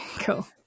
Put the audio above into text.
Cool